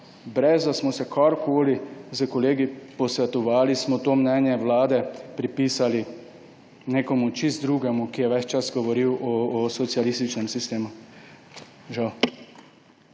ne da smo se karkoli s kolegi posvetovali, smo to mnenje vlade pripisali čisto nekomu drugemu, ki je ves čas govoril o socialističnem sistemu. Žal.